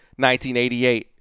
1988